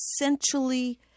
essentially